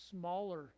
smaller